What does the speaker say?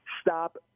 stop